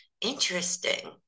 Interesting